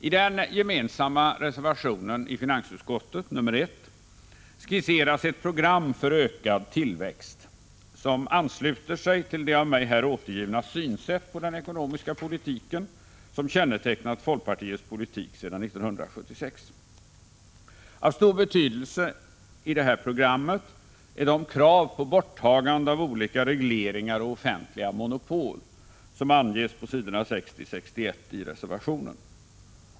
I den gemensamma reservationen 1 i finansutskottet skisseras ett program för ökad tillväxt som ansluter till det av mig här återgivna synsättet på den ekonomiska politiken, som kännetecknat folkpartiets politik sedan 1976. Av stor betydelse i detta program är de krav på borttagande av olika regleringar och offentliga monopol som anges på s. 60-61 i reservationen.